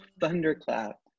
thunderclap